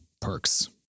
perks